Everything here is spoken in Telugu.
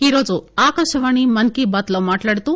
ఈరోజు ఆకాశవాణి మన్ కీ బాత్ లో మాట్లాడుతూ